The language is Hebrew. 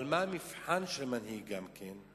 אבל מה המבחן של מנהיג גם כן?